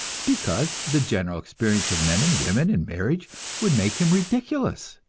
because the general experience of men and women in marriage would make him ridiculous.